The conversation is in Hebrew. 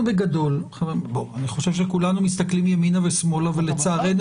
אני חושב שכולנו מסתכלים ימינה ושמאלה ולצערנו